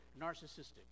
narcissistic